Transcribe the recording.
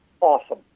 awesome